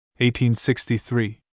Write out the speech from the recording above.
1863